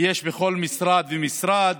יש בכל משרד ומשרד,